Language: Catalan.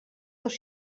dos